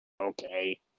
Okay